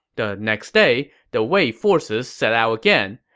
the next day, the wei forces set out again,